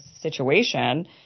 situation